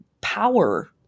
power